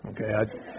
okay